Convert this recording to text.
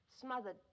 smothered